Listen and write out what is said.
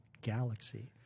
Galaxy